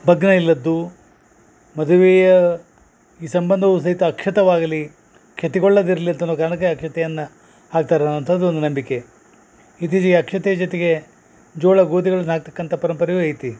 ಬಗ ಇಲ್ಲದ್ದು ಮದುವೆಯ ಈ ಸಂಬಂಧವು ಸಹಿತ ಅಕ್ಷತವಾಗಲಿ ಕ್ಷತಿಗೊಳ್ಳದಿರಲಿ ಅಂತನೋ ಕಾರ್ಣಕ್ಕೆ ಅಕ್ಷತೆಯನ್ನ ಹಾಕ್ತಾರೆ ಅಂತದೊಂದು ನಂಬಿಕೆ ಇತ್ತೀದಿಯ ಅಕ್ಷತೆಯ ಜೊತ್ಗೆ ಜೋಳ ಗೋದಿಗಳನ್ನ ಹಾಕ್ತಕ್ಕಂತ ಪರಂಪರೆಯು ಐತಿ